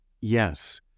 yes